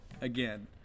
again